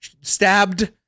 stabbed